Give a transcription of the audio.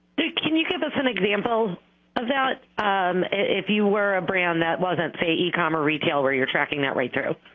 can you give us an example about if you were a brand that wasn't say e-comm or retail where you're tracking that right through?